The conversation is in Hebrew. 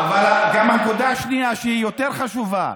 אבל גם הנקודה השנייה, שהיא יותר חשובה,